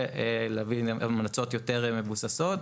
ולהביא המלצות יותר מבוססות.